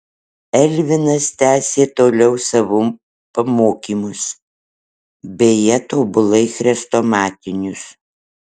elvinas tęsė toliau savo pamokymus beje tobulai chrestomatinius